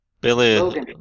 Billy